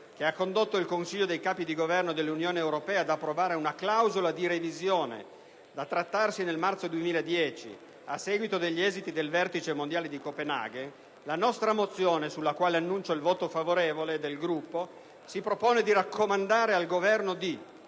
che ha condotto il Consiglio dei Capi di Governo dell'Unione europea ad approvare una clausola di revisione da trattare nel marzo 2010 a seguito degli esiti del vertice mondiale di Copenaghen, la nostra mozione, sulla quale annuncio il voto favorevole del Gruppo, raccomanda al Governo: di